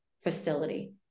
facility